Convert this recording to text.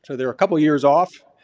so there were a couple years off.